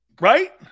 Right